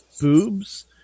boobs